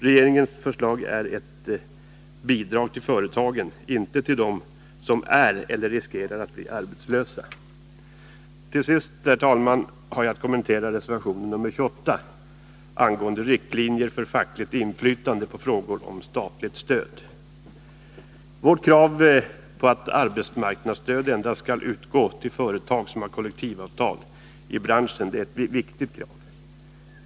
Regeringens förslag innebär ett bidrag till företagen, inte till dem som är eller riskerar att bli arbetslösa. Till sist, herr talman, har jag att kommentera reservation 28 om riktlinjer för fackligt inflytande på frågor om statligt stöd. Vårt krav att arbetsmarknadsstöd endast skall utgå till företag som har kollektivavtal i branschen är ett viktigt krav.